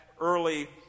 early